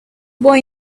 boy